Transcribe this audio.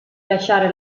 lasciare